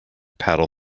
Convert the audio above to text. paddle